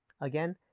Again